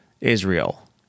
Israel